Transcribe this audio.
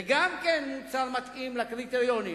גם זה מוצר מתאים לקריטריונים,